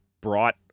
brought